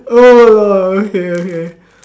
oh okay okay